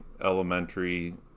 elementary